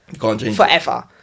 forever